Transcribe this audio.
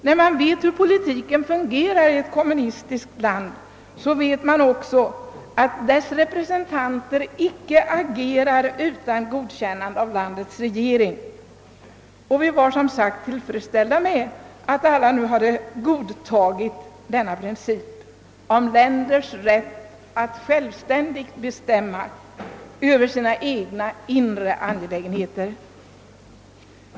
När man vet hur politiken fungerar i ett kommunistiskt land vet man också att dess representanter icke agerar utan godkännande av landets regering, och vi var som sagt tillfredsställda med att alla nu hade godtagit principen om länders rätt att självständigt bestämma över sina egna inre angelägenheter.